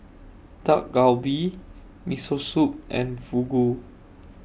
Dak Galbi Miso Soup and Fugu